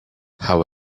how